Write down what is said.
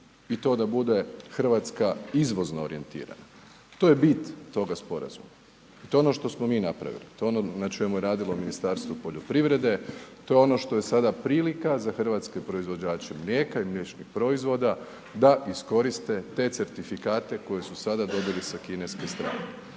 i to da bude Hrvatska izvozno orijentirana. To je bit toga sporazuma, to je ono što smo mi napravili, to je ono na čemu je radilo Ministarstvo poljoprivrede, to je ono što je sada prilika za hrvatske proizvođače mlijeka i mliječnih proizvoda da iskoriste te certifikate koje su sada dobili sa kineske strane.